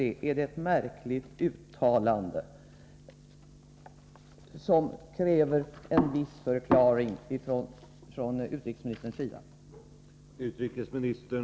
Det är ett märkligt uttalande, som kräver en viss förklaring från utrikesministerns sida, med tanke på att Arafat